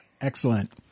Excellent